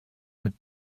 mit